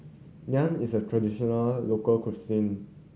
naan is a traditional local cuisine